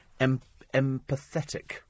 empathetic